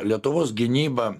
lietuvos gynyba